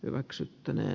hyväksyttynä